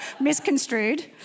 misconstrued